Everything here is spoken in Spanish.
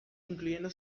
incluyendo